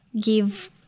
give